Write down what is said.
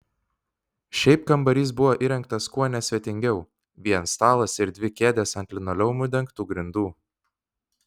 šiaip kambarys buvo įrengtas kuo nesvetingiau vien stalas ir dvi kėdės ant linoleumu dengtų grindų